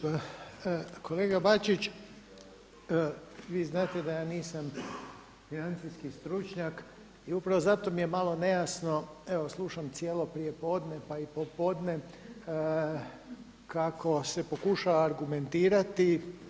Pa kolega Bačić, vi znate da ja nisam financijski stručnjak i zato mi je malo nejasno, evo slušam cijelo prijepodne pa i popodne kako se pokušava argumentirati.